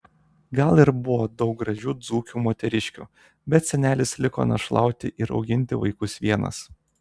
gal ir buvo daug gražių dzūkių moteriškių bet senelis liko našlauti ir auginti vaikus vienas